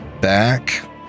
back